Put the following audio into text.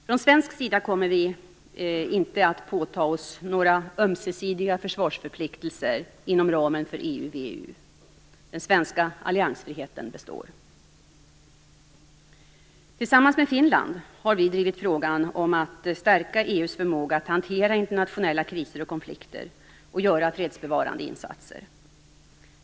Från svensk sida kommer vi inte att påta oss några ömsesidiga försvarsförpliktelser inom ramen för Tillsammans med Finland har vi drivit frågan om att stärka EU:s förmåga att hantera internationella kriser och konflikter och att göra fredsbevarande insatser.